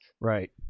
Right